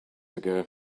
ago